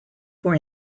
for